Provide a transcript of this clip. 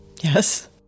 Yes